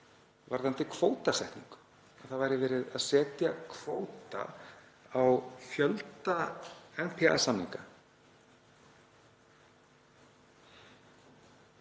varðandi kvótasetningu, að verið væri að setja kvóta á fjölda NPA-samninga.